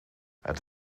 het